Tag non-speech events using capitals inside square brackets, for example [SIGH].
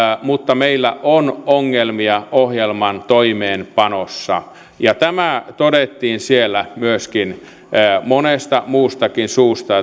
mutta meillä on ongelmia ohjelman toimeenpanossa ja tämä todettiin siellä myös monesta muustakin suusta [UNINTELLIGIBLE]